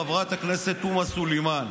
חברת הכנסת תומא סלימאן,